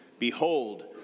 Behold